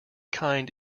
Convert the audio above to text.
kind